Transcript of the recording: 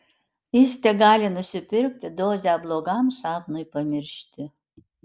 jis tegali nusipirkti dozę blogam sapnui pamiršti